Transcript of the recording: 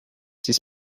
this